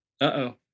Uh-oh